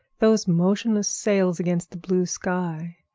those motionless sails against the blue sky,